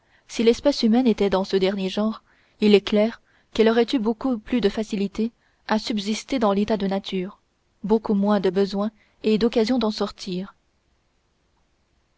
si l'espèce humaine était de ce dernier genre il est clair qu'elle aurait eu beaucoup plus de facilité à subsister dans l'état de nature beaucoup moins de besoin et d'occasions d'en sortir